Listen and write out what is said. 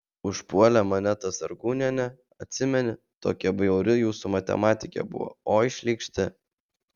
užpuolė mane ta sargūnienė atsimeni tokia bjauri jūsų matematikė buvo oi šlykšti